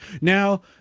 Now